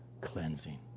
cleansing